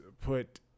put